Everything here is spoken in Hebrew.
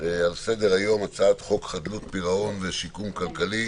על סדר היום: הצעת חוק חדלות פירעון ושיקום כלכלי